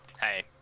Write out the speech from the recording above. Hey